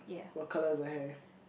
what colour is the hair